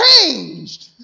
changed